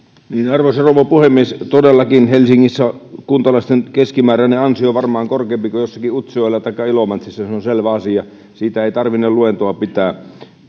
arvoisa rouva puhemies todellakin helsingissä kuntalaisten keskimääräinen ansio on varmaan korkeampi kuin jossakin utsjoella taikka ilomantsissa se on selvä asia siitä ei tarvinne luentoa pitää